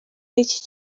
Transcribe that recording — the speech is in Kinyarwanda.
y’iki